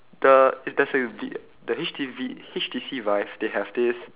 the is the say V the H T V H_T_C vive they have this